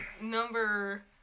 number